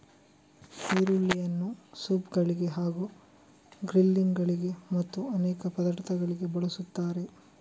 ಈರುಳ್ಳಿಯನ್ನು ಸೂಪ್ ಗಳಿಗೆ ಹಾಗೂ ಗ್ರಿಲ್ಲಿಂಗ್ ಗಳಿಗೆ ಮತ್ತು ಅನೇಕ ಪದಾರ್ಥಗಳಿಗೆ ಬಳಸುತ್ತಾರೆ